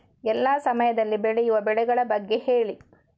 ಎಲ್ಲಾ ಸಮಯದಲ್ಲಿ ಬೆಳೆಯುವ ಬೆಳೆಗಳ ಬಗ್ಗೆ ಹೇಳಿ